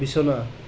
বিছনা